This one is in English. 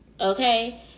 okay